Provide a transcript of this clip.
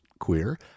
queer